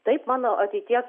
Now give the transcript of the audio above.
taip mano ateities